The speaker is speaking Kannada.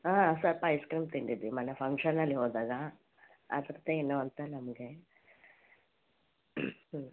ಹಾಂ ಸ್ವಲ್ಪ ಐಸ್ ಕ್ರೀಮ್ ತಿಂದಿದ್ವಿ ಮೊನ್ನೆ ಫಂಕ್ಷನಲ್ಲಿ ಹೋದಾಗ ಅದ್ರದ್ದೇ ಏನೋ ಅಂತ ನಮಗೆ ಹ್ಞೂ